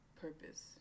purpose